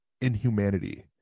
Inhumanity